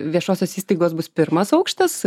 viešosios įstaigos bus pirmas aukštas